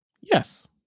Yes